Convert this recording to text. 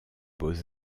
beaux